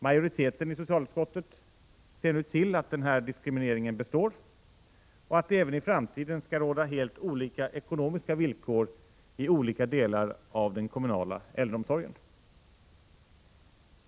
Majoriteten i socialutskottet ser nu till att denna diskriminering består och att det även i framtiden skall råda helt olika ekonomiska villkor i olika delar av den kommunala äldreomsorgen.